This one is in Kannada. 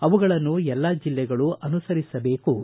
ಅವುಗಳನ್ನು ಎಲ್ಲಾ ಜಿಲ್ಲೆಗಳು ಅನುಸರಿಸಬೇಕು ಎಂದರು